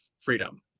freedom